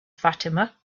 fatima